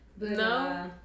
no